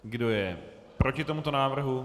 Kdo je proti tomuto návrhu?